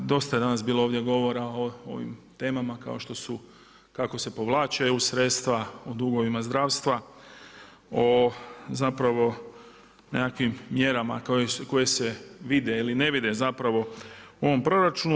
Dosta je danas bilo ovdje govora o ovim temama kao što su kako se povlače EU sredstva, o dugovima zdravstva, o zapravo nekakvim mjerama koje se vide ili ne vide zapravo u ovom proračunu.